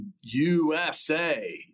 USA